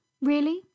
Really